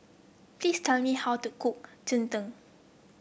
please tell me how to cook Cheng Tng